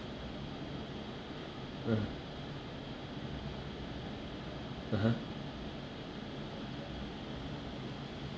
mm (uh huh)